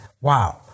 Wow